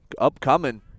upcoming